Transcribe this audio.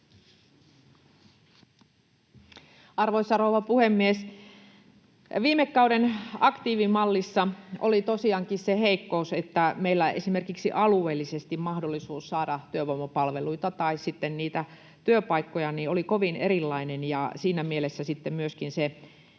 Arvoisa rouva puhemies! Viime kauden aktiivimallissa oli tosiaankin se heikkous, että meillä esimerkiksi alueellisesti mahdollisuus saada työvoimapalveluita ja sitten niitä työpaikkoja oli kovin erilainen, ja siinä mielessä myöskin se